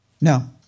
No